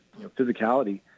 physicality